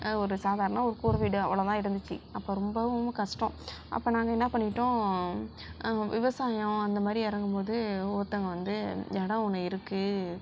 ஒரு சாதாரண ஒரு கூரை வீடு அவ்வளோதான் இருந்துச்சி அப்போ ரொம்பவும் கஷ்டம் அப்போ நாங்கள் என்ன பண்ணிட்டோம் விவசாயம் அந்த மாதிரி இறங்கும்போது ஒருத்தவங்க வந்து இடம் ஒன்று இருக்குது